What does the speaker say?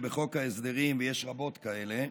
ויש רבות כאלה,